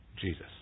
Jesus